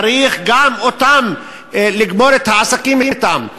צריך לגמור את העסקים אתן.